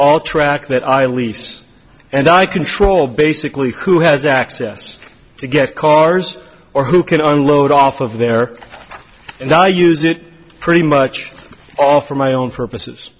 all track that i lease and i control basically who has access to get cars or who can unload off of there and i use it pretty much all for my own purposes